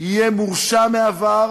יהיה מורשע בעבר